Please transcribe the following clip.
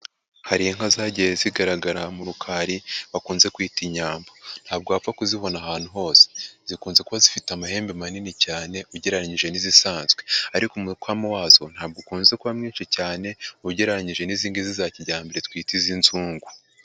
Hari inka zagiye zigaragara mu rukari bakunze kwita inyambo. Ntabwo wapfa kuzibona ahantu hose zikunze kuba zifite amahembe manini cyane ugereranyije n'izisanzwe, ariko umukamo wazo ntabwo ukunze kuba mwinshi cyane ugereranyije n'izindi za kijyambere twita izi nzungu.